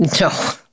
No